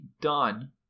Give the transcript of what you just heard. done